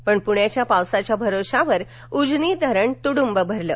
पण पूण्याच्या पावसाच्या भरोशावर उजनी धरण तुडुंब भरलं